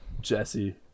Jesse